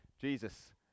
Jesus